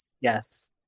Yes